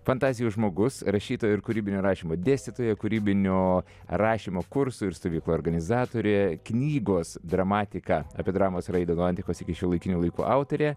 fantazijų žmogus rašytoja ir kūrybinio rašymo dėstytoja kūrybinio rašymo kursų ir stovyklų organizatorė knygos dramatika apie dramos raidą nuo antikos iki šiuolaikinių laikų autorė